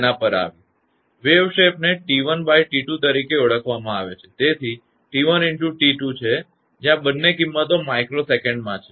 તરંગના આકારને 𝑇1×𝑇2 તરીકે ઓળખવામાં આવે છે તેથી તે 𝑇1×𝑇2 છે જ્યાં બંને કિંમતો 𝜇𝑠 માં આપવામાં આવે છે